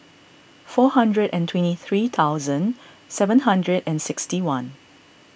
four hundred and twenty three thousand seven hundred and sixty one